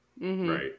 right